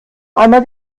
einmal